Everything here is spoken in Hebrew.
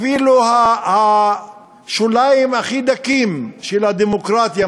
אפילו השוליים הכי דקים של הדמוקרטיה,